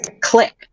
click